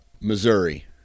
Missouri